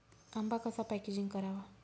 आंबा कसा पॅकेजिंग करावा?